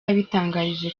yabitangarije